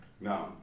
No